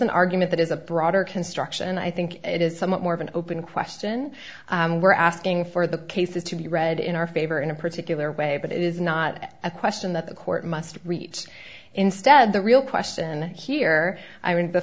an argument that is a broader construction and i think it is somewhat more of an open question we're asking for the cases to be read in our favor in a particular way but it is not a question that the court must reach instead the real question here i mean the